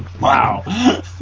wow